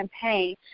campaign